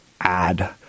add